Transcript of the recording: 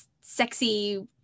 sexy